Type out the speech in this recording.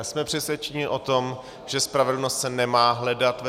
Jsme přesvědčeni o tom, že spravedlnost se nemá hledat ve